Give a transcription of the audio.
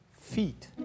feet